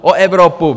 O Evropu!